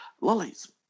lollies